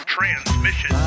Transmission